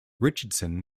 richardson